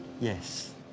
Yes